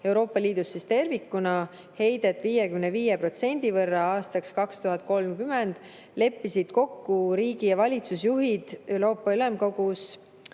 Euroopa Liidus tervikuna heidet 55% aastaks 2030 leppisid riigi- ja valitsusjuhid kokku Euroopa Ülemkogus